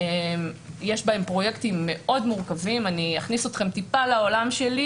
יש להן פרויקטים מאוד מורכבים אני אכניס אתכם טיפה לעולם שלי,